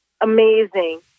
amazing